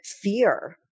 fear